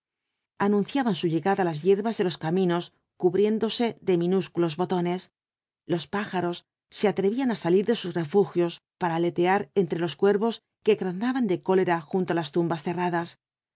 anunciaban su llegada las hierbas de los caminos cubriéndose de minúsculos botones los pájaros se atrevían á salir de sus refugios para aletear entre los cuervos que graznaban de cólera junto á las tumbas cerradas